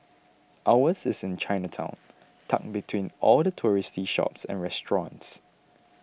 ours is in Chinatown tucked between all the touristy shops and restaurants